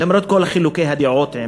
למרות כל חילוקי הדעות עם